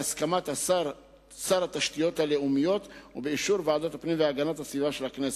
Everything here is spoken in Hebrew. בהסכמת שר התשתיות הלאומיות ובאישור ועדת הפנים והגנת הסביבה של הכנסת.